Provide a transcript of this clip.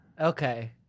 Okay